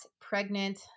pregnant